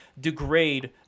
degrade